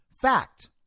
fact